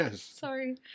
Sorry